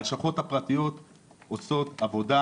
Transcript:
הלשכות הפרטיות עושות עבודה